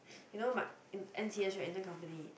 you know my N_C_S right intern company